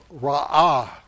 ra'ah